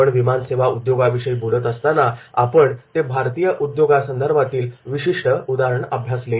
आपण विमानसेवा उद्योगाविषयी बोलत असताना आपण ते भारतीय उद्योगासंदर्भातील विशिष्ट उदाहरण अभ्यासिले